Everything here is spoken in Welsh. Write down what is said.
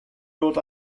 dod